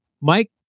Mike